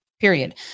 period